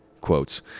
Quotes